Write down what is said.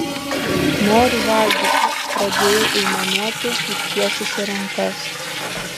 noriu valgyti pradėjau aimanuoti ištiesusi rankas